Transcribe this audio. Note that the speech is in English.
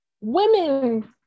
women